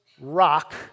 rock